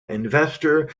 investor